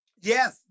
Yes